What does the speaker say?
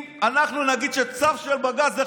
אנחנו נגיד שצו של בג"ץ זה,